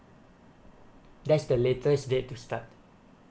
that's the latest date to start